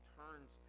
turns